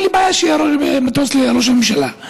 אין לי בעיה שיהיה מטוס לראש הממשלה.